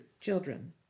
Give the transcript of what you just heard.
children